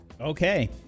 Okay